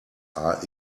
are